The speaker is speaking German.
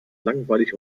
langweilig